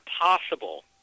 possible